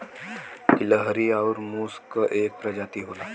गिलहरी आउर मुस क एक परजाती होला